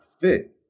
fit